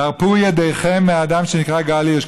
הרפו ידיכם מהאדם שנקרא גל הירש.